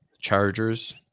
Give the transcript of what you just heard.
Chargers